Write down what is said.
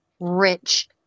rich